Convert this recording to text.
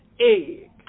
egg